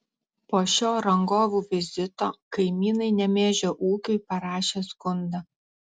po šio rangovų vizito kaimynai nemėžio ūkiui parašė skundą